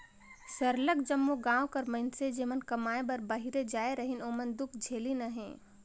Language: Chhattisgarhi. सरलग जम्मो गाँव कर मइनसे जेमन कमाए बर बाहिरे जाए रहिन ओमन दुख झेलिन अहें